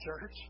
church